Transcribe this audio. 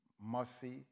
mercy